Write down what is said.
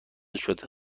شده